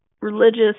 religious